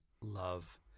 love